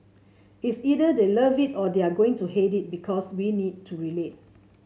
it's either they love it or they are going to hate it because we need to relate